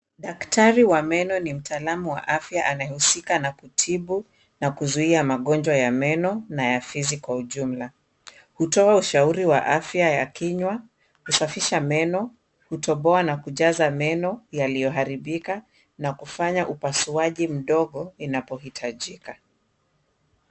Daktari wa meno ni mtaalamu wa afya anayehusika na kutibu na kuzuia magonjwa ya meno na ya fizi kwa ujumla. Hutoa ushauri wa afya ya kinywa, kusafisha meno, kutoboa na kujaza meno yaliyoharibika na kufanya upasuaji mdogo inapohitajika.